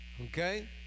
Okay